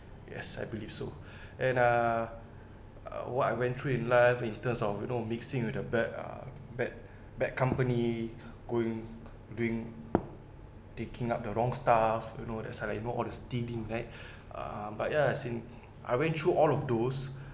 yes I believe so and uh uh what I went through in life in terms of you know mixing with the bad uh bad bad company going doing taking up the wrong stuff you know that as I know all the ah but ya as in I went through all of those